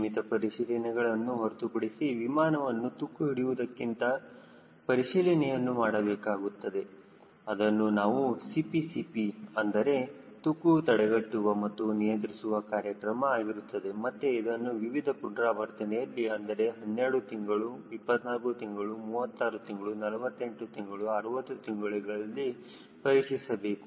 ನಿಯಮಿತ ಪರಿಶೀಲನೆ ಗಳನ್ನು ಹೊರತುಪಡಿಸಿ ವಿಮಾನವನ್ನು ತುಕ್ಕು ಹಿಡಿಯುವುದಕ್ಕೆ ಪರಿಶೀಲನೆಯನ್ನು ಮಾಡಬೇಕಾಗುತ್ತದೆ ಅದನ್ನು ನಾವು CPCP ಅಂದರೆ ತುಕ್ಕು ತಡೆಗಟ್ಟುವ ಮತ್ತು ನಿಯಂತ್ರಿಸುವ ಕಾರ್ಯಕ್ರಮ ಆಗಿರುತ್ತದೆ ಮತ್ತೆ ಇದನ್ನು ವಿವಿಧ ಪುನರಾವರ್ತನೆಯಲ್ಲಿ ಅಂದರೆ 12 ತಿಂಗಳು 24 ತಿಂಗಳು 36 ತಿಂಗಳು 48 ತಿಂಗಳು 60 ತಿಂಗಳುಗಳಲ್ಲಿ ಪರೀಕ್ಷಿಸಬೇಕು